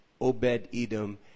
Obed-Edom